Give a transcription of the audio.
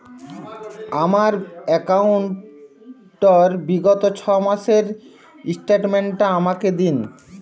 আমার অ্যাকাউন্ট র বিগত ছয় মাসের স্টেটমেন্ট টা আমাকে দিন?